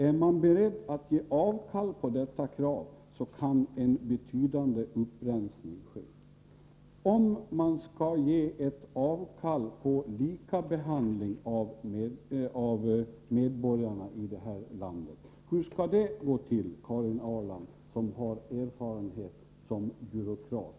Är man beredd att ge avkall på detta krav kan en betydande upprensning ske.” Hur skall det gå till att ge avkall på kravet på likabehandling, Karin Ahrland, som själv har erfarenhet som byråkrat?